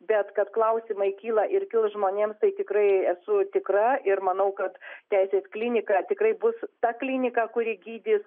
bet kad klausimai kyla irgi žmonėms tai tikrai esu tikra ir manau kad teisės klinika tikrai bus ta klinika kuri gydys